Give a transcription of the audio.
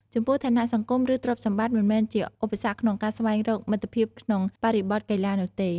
ចំពោះ ឋានៈសង្គម ឬទ្រព្យសម្បត្តិមិនមែនជាឧបសគ្គក្នុងការស្វែងរកមិត្តភាពក្នុងបរិបថកីឡានោះទេ។